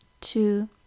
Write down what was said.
two